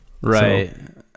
Right